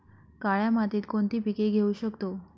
काळ्या मातीत कोणती पिके घेऊ शकतो?